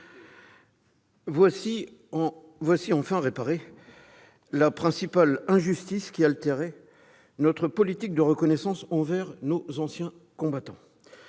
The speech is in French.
Voilà enfin réparée la principale injustice qui altérait notre politique de reconnaissance envers nos anciens combattants